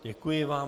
Děkuji vám.